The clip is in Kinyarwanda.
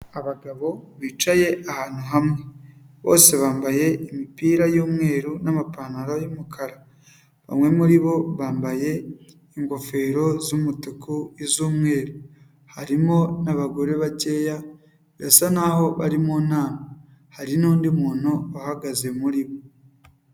Abagabo bicaye ahantu hamwe, bose bambaye imipira y'umweru n'amapantaro y'umukara, bamwe muri bo bambaye ingofero z'umutuku, iz'umweru, harimo abagore bakeya, birasa naho bari mu nama, hari n'undi muntu uhagaze muri bo.